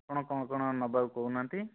ଆପଣ କ'ଣ କ'ଣ ନେବାକୁ କହୁନାହାନ୍ତି